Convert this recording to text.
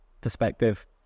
perspective